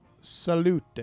Salute